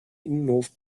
innenhof